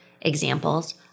examples